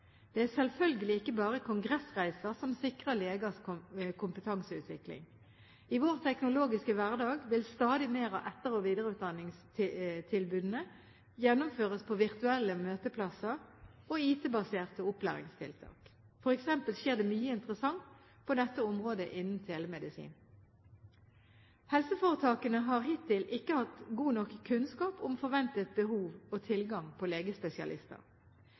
Det er selvfølgelig ikke bare kongressreiser som sikrer legers kompetanseutvikling. I vår teknologiske hverdag vil stadig mer av etter- og videreutdanningstilbudene gjennomføres på virtuelle møteplasser og IT-baserte opplæringstiltak. For eksempel skjer det mye interessant på dette området innen telemedisin. Helseforetakene har hittil ikke hatt god nok kunnskap om forventet behov og tilgang på legespesialister.